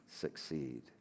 succeed